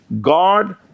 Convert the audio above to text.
God